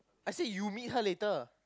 I said you meet her later